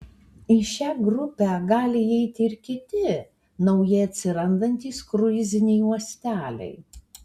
į šią grupę gali įeiti ir kiti nauji atsirandantys kruiziniai uosteliai